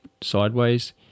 sideways